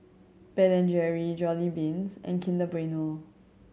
Ben and Jerry Jollibeans and Kinder Bueno